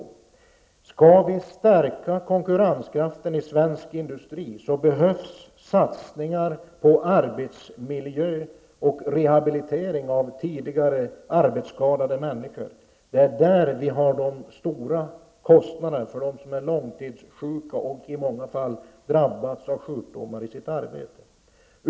Om vi skall stärka konkurrenskraften i svensk industri behövs satsningar på arbetsmiljö och rehabilitering av tidigare arbetsskadade människor. De stora kostnaderna gäller de långtidssjuka och de som har drabbats av sjukdomar i sitt arbete.